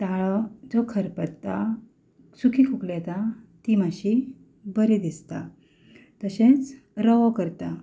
ताळो जो खरपता सुकी खोंकली येता ती मातशी बरें दिसता तशेंच रवो करता